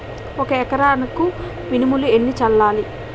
ఒక ఎకరాలకు మినువులు ఎన్ని చల్లాలి?